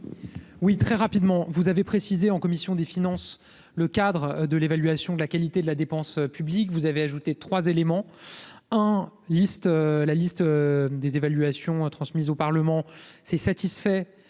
Oui, très rapidement, vous avez précisé en commission des finances, le cadre de l'évaluation de la qualité de la dépense publique, vous avez ajouté 3 éléments hein, liste la liste des évaluations transmises au Parlement, s'est satisfait